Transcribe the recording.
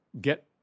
get